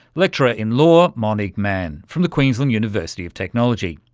lecturer ah in law monique mann, from the queensland university of technology.